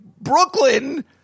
Brooklyn